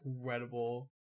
Incredible